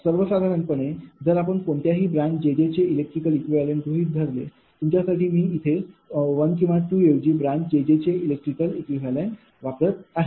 सर्वसाधारणपणे जर आपण कोणत्याही ब्रांच jj चे इलेक्ट्रिकल इक्विव्हॅलेंट गृहीत धरले तुमच्यासाठी मी इथे 1 किंवा 2 ऐवजी ब्रांच jj चे इलेक्ट्रिकल इक्विव्हॅलेंट वापरले आहे